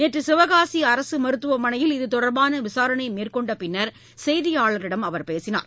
நேற்றுசிவகாசிஅரசுமருத்துவமனையில் இதுதொடர்பானவிசாரணைமேற்கொண்டபின்னர் செய்தியாளர்களிடம் அவர் பேசினார்